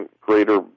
greater